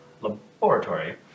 laboratory